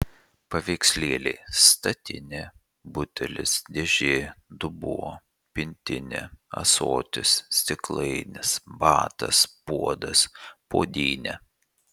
paveikslėliai statinė butelis dėžė dubuo pintinė ąsotis stiklainis batas puodas puodynė